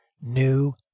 new